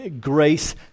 Grace